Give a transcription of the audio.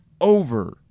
over